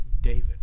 David